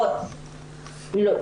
כן.